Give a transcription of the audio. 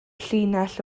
llinell